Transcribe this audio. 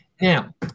Now